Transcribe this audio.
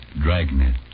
Dragnet